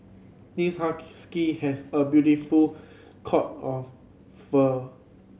this has a beautiful coat of fur